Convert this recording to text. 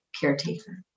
caretaker